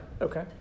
Okay